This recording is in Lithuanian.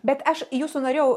bet aš jūsų norėjau